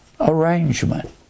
arrangement